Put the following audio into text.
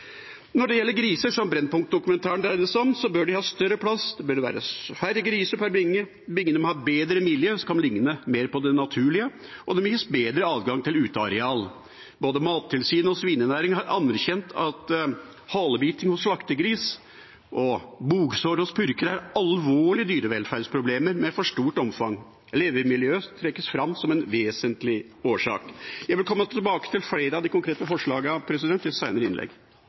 gjelder griser, som Brennpunkt-dokumentaren dreide seg om, bør de ha større plass, det bør være færre griser per binge, bingene må ha bedre miljø, som kan ligne mer på det naturlige, og det må gis bedre adgang til uteareal. Både Mattilsynet og svinenæringen har anerkjent at halebiting hos slaktegris og bogsår hos purker er alvorlige dyrevelferdsproblemer med for stort omfang. Levemiljøet trekkes fram som en vesentlig årsak. Jeg vil komme tilbake til flere av de konkrete forslagene i et senere innlegg.